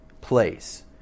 place